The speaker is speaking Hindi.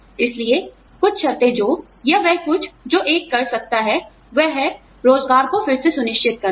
इसलिए कुछ शर्तें जो या वह कुछ जो एक कर सकता है वह है रोजगार को फिर से सुनिश्चित करना